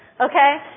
Okay